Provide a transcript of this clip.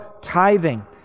tithing